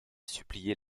suppliaient